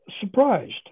surprised